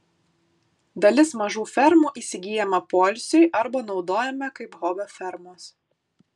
dalis mažų fermų įsigyjama poilsiui arba naudojama kaip hobio fermos